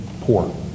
poor